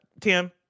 Tim